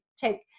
take